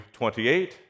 28